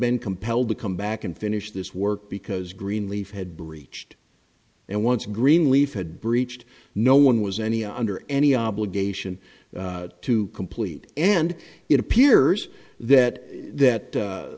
been compelled to come back and finish this work because greenleaf had breached and once greenleaf had breached no one was any under any obligation to complete and it appears that